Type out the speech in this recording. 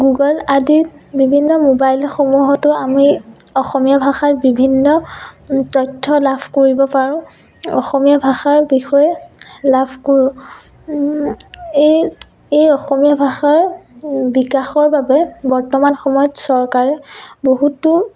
Google আদিত বিভিন্ন মোবাইলসমূহতো আমি অসমীয়া ভাষাৰ বিভিন্ন তথ্য লাভ কৰিব পাৰো অসমীয়া ভাষাৰ বিষয়ে লাভ কৰোঁ এই এই অসমীয়া ভাষাৰ বিকাশৰ বাবে বৰ্তমান সময়ত চৰকাৰে বহুতো